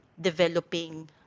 developing